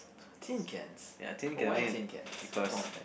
tin cans why tin cans